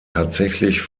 tatsächlich